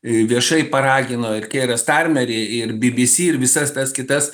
viešai paragino ir keirą starmerį ir bbc ir visas tas kitas